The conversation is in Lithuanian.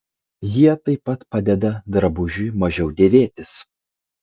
jie taip pat padeda drabužiui mažiau dėvėtis